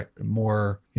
more